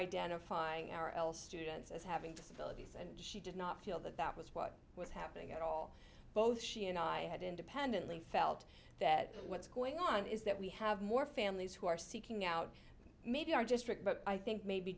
identifying our l students as having disabilities and she did not feel that that was what was happening at all both she and i had independently felt that what's going on is that we have more families who are seeking out maybe are just rick but i think maybe